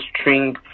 string